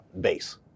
base